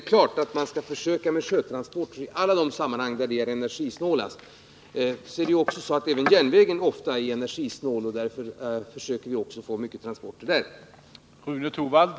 Självfallet skall man dock försöka använda sjötransporter i alla de sammanhang där dessa är energisnålast. Men i många fall är även järnvägen energisnål, och därför försöker vi också se till att många transporter genomförs via järnväg.